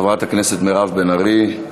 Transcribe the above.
חברת הכנסת מירב בן ארי.